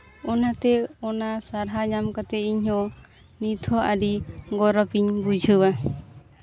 ᱚᱱᱟᱛᱮ ᱚᱱᱟ ᱥᱟᱨᱦᱟᱣ ᱧᱟᱢ ᱠᱟᱛᱮᱫ ᱤᱧᱦᱚᱸ ᱱᱤᱛᱦᱚᱸ ᱟᱹᱰᱤ ᱜᱚᱨᱚᱵᱽ ᱤᱧ ᱵᱩᱡᱷᱟᱹᱣᱟ